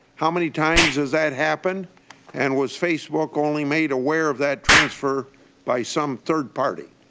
how many times has that happened and was facebook only made aware of that transfer by some third party?